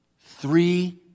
three